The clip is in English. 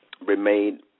remain